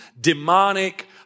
demonic